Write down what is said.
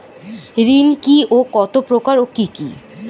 ঋণ কি ও কত প্রকার ও কি কি?